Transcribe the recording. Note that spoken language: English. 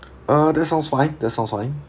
uh that sounds fine that sounds fine